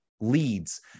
leads